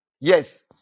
yes